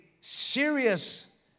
serious